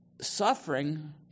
Suffering